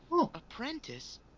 Apprentice